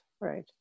right